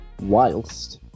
whilst